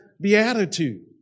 beatitude